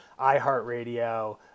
iHeartRadio